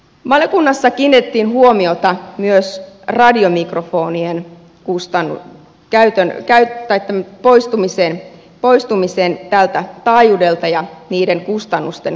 valiokunnassa kiinnitettiin huomiota myös radiomikrofonien poistumiseen tältä taajuudelta ja niiden kustannusten korvaamiseen